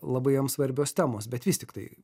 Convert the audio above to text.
labai jam svarbios temos bet vis tiktai